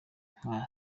nka